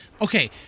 okay